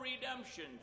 redemption